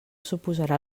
suposarà